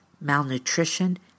malnutrition